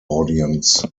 audience